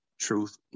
truth